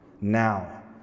now